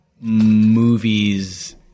movies